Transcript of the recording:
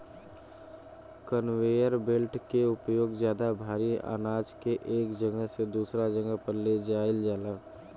conveyor belt के उपयोग ज्यादा भारी आनाज के एक जगह से दूसरा जगह पर ले जाईल जाला